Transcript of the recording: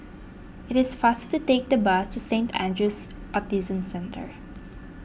it is faster to take the bus to Saint andrew's Autism Centre